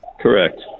Correct